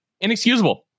Inexcusable